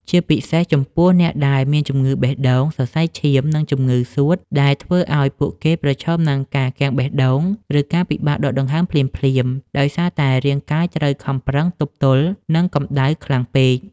ជាពិសេសចំពោះអ្នកដែលមានជំងឺបេះដូង សរសៃឈាម និងជំងឺសួត ដែលធ្វើឱ្យពួកគេប្រឈមនឹងការគាំងបេះដូង ឬការពិបាកដកដង្ហើមភ្លាមៗដោយសារតែរាងកាយត្រូវខំប្រឹងទប់ទល់នឹងកម្ដៅខ្លាំងពេក។